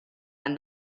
and